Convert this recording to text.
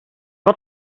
got